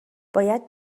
باید